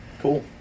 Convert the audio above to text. Cool